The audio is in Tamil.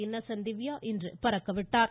இன்னசென்ட் திவ்யா இன்று பறக்க விட்டார்